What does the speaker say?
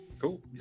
Cool